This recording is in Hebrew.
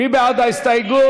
מי בעד ההסתייגות?